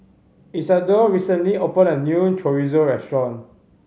Isadore recently opened a new Chorizo Restaurant